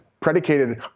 predicated